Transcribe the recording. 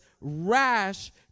rash